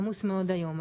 עמוס מאוד היום.